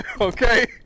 Okay